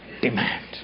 demand